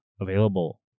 available